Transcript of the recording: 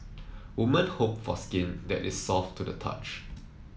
women hope for skin that is soft to the touch